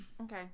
okay